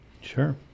Sure